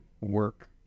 work